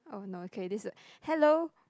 oh no K this hello